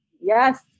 Yes